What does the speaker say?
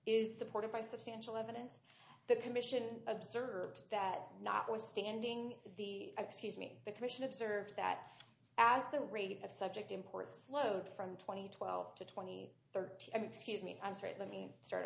is supported by substantial evidence the commission observed that notwithstanding the excuse me the commission observed that as the rate of subject imports flowed from twenty twelve to twenty thirty excuse me i'm sorry the me